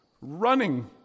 running